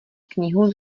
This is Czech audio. knihu